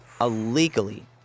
illegally